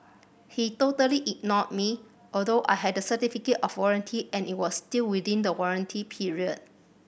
he totally ignored me although I had a certificate of warranty and it was still within the warranty period